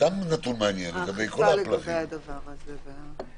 כשאנחנו מתייחסים לנושא המבודדים שבאים,